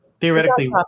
theoretically